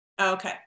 Okay